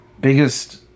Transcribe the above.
biggest